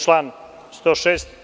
Član 106.